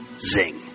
Zing